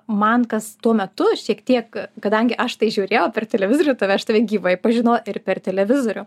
man kas tuo metu šiek tiek kadangi aš tai žiūrėjau per televizorių tave aš tave gyvai pažino ir per televizorių